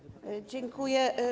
Dziękuję.